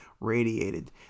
radiated